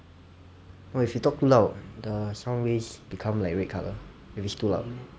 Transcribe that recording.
no if you talk too loud the soundwaves become like red colour if it's too loud